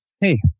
hey